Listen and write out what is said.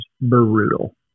brutal